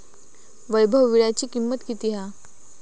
वैभव वीळ्याची किंमत किती हा?